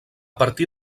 partir